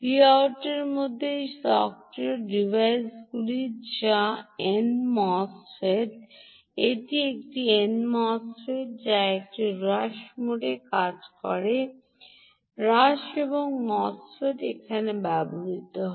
Vএবং ভাউটের মধ্যে এই সক্রিয় ডিভাইসটি যা এন মোসফেট এটি একটি এন মোসফেট যা এটি হ্রাস মোডে কাজ করে হ্রাস মোড এবং MOSFET এখানে ব্যবহৃত হয়